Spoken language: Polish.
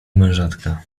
mężatka